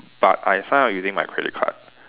but I sign up using my credit card